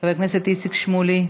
חבר הכנסת איציק שמולי,